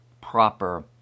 proper